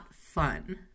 fun